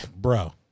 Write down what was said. Bro